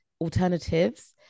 alternatives